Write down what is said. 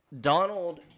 Donald